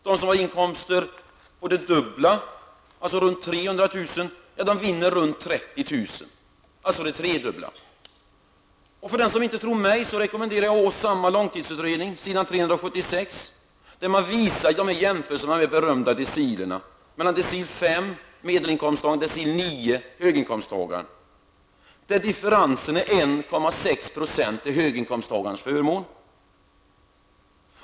De som har inkomster på det dubbla, runt 300 000, vinner ungefär 30 000, dvs. det tredubbla. Till den som inte tror mig rekommenderar jag läsning av långtidsutredningen på s. 376, där man visar jämförelser med de berömda decilerna. Man gör en jämförelse mellan decil 5, medelinkomsttagare, och decil 9, höginkomsttagare. Differensen är 1,6 % till höginkomsttagarnas förmån.